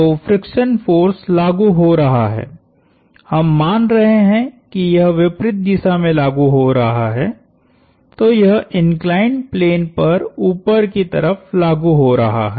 तो friction force लागु हो रहा है हम मान रहे है कि यह विपरीत दिशा में लागु हो रहा है तो यह इंक्लाइंड प्लेन पर ऊपर की तरफ लागु हो रहा है